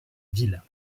ville